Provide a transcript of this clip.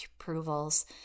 approvals